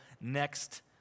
next